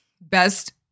Best